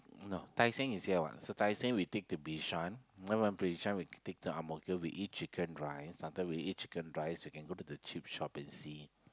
no Tai-Seng is here what so Tai-Seng we take to Bishan then from Bishan we take to Ang-Mo-Kio we eat chicken rice after we eat chicken rice we can go to the cheap shop and see